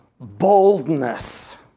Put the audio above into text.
boldness